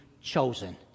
chosen